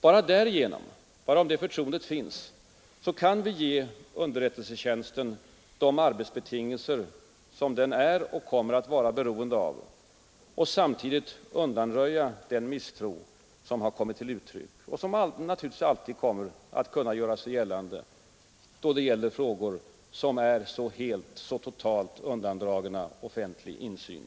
Bara om det förtroendet finns kan vi ge underrättelsetjänsten de arbetsbetingelser som den är och kommer att vara beroende av och samtidigt undanröja den misstro som kommit till uttryck och som naturligtvis alltid kommer att kunna göra sig gällande i fråga om en verksamhet, som är så helt undandragen offentlig insyn.